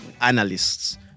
analysts